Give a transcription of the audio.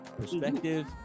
perspective